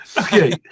okay